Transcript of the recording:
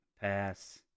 pass